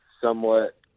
somewhat